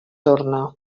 torna